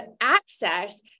access